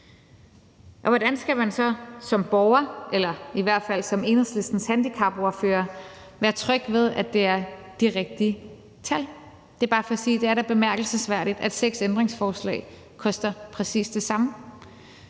Og hvordan skal man så som borger eller i hvert fald som Enhedslistens handicapordfører være tryg ved, at det er de rigtige tal? Det er bare for at sige, at det da er bemærkelsesværdigt, at seks ændringsforslag koster præcis det samme.